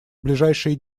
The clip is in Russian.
ближайшие